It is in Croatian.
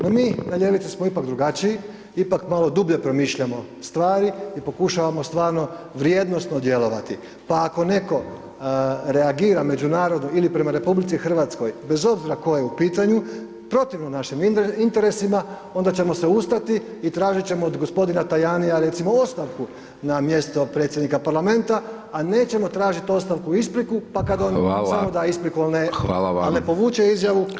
No, mi na ljevici smo ipak drugačiji, ipak malo dublje promišljamo stvari i pokušavamo stvarno vrijednosno djelovati, pa ako netko reagira među narodu ili prema RH bez obzira tko je u pitanju, protivno našim interesima, onda ćemo se ustati i tražit ćemo od g. Tajanija recimo, ostavku na mjesto predsjednika parlamenta, a nećemo tražit ostavku i ispriku, pa kad [[Upadica: Hvala]] on samo da ispriku, a ne [[Upadica: Hvala vam]] povuče izjavu